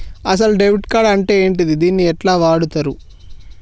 అసలు debit card అంటే ఏంటిది? దీన్ని ఎట్ల వాడుతరు?